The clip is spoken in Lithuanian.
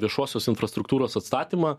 viešosios infrastruktūros atstatymą